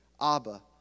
Abba